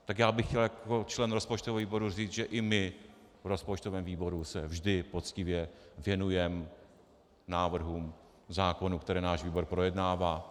Tak já bych chtěl jako člen rozpočtového výboru říct, že i my v rozpočtovém výboru se vždy poctivě věnujeme návrhům zákonů, které náš výbor projednává.